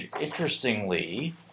Interestingly